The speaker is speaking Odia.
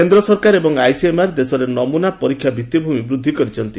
କେନ୍ଦ୍ର ସରକାର ଏବଂ ଆଇସିଏମ୍ଆର୍ ଦେଶରେ ନମୁନା ପରୀକ୍ଷା ଭିଭି଼ମି ବୃଦ୍ଧି କରିଛନ୍ତି